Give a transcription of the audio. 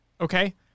okay